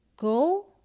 Go